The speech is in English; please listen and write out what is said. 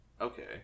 Okay